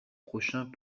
prochains